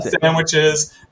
sandwiches